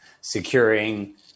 securing